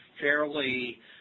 fairly